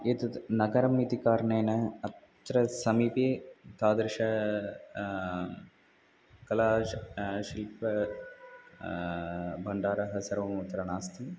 एतत् नगरम् इति कारणेन अत्र समीपे तादृशः कला श् शिल्पभाण्डारः सर्वम् अत्र नास्ति